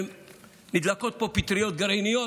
נדלקות פה פטריות גרעיניות.